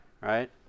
right